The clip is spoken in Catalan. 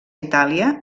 itàlia